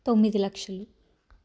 తొమ్మిది లక్షలు